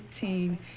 15